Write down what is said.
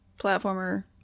platformer